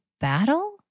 battle